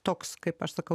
toks kaip aš sakau